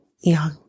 young